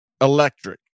electric